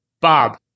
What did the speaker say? Bob